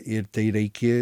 ir tai reikia